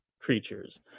creatures